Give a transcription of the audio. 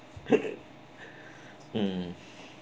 mm